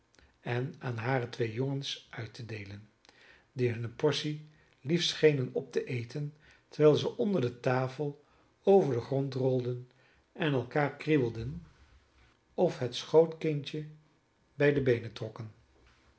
en aan hare twee jongens uit te deelen die hunne portie liefst schenen op te eten terwijl zij onder de tafel over den grond rolden en elkander krieuwelden of het schootkindje bij de beenen trokken